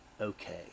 okay